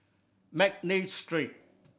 McNally Street